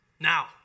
Now